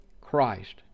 Christ